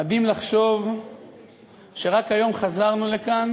מדהים לחשוב שרק היום חזרנו לכאן